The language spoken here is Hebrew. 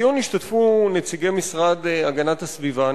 בדיון השתתפו נציגי המשרד להגנת הסביבה,